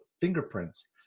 fingerprints